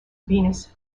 venus